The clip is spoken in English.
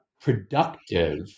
productive